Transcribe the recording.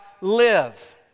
live